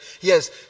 yes